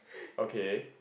okay